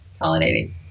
pollinating